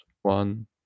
One